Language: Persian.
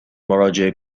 مراجعه